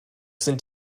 sind